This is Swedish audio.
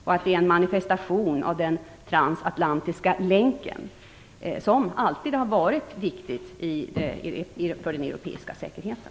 Det är också en manifestation av den transatlantiska länken som alltid har varit viktig för den europeiska säkerheten.